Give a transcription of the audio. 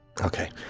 Okay